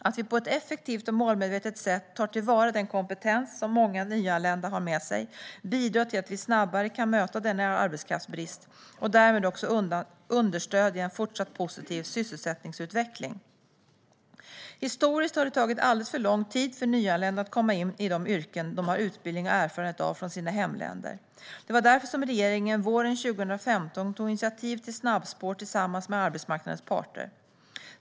Att vi på ett effektivt och målmedvetet sätt tar till vara den kompetens som många nyanlända har med sig bidrar till att vi snabbare kan möta denna arbetskraftsbrist och därmed också understödja en fortsatt positiv sysselsättningsutveckling. Historiskt har det tagit alldeles för lång tid för nyanlända att komma in i de yrken de har utbildning för och erfarenhet av från sina hemländer. Det var därför som regeringen våren 2015 tog initiativ till snabbspår tillsammans med arbetsmarknadens parter.